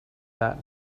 that